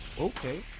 okay